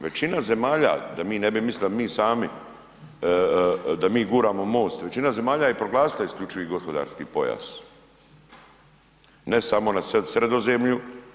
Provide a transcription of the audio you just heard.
Većina zemalja, da mi ne bi mislili da mi sami, da mi guramo MOST, većina zemalja je proglasila isključivi gospodarski pojas, ne samo na Sredozemlju.